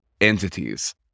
entities